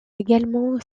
également